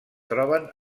troben